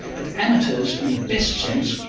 but amateurs, in the best sense,